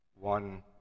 One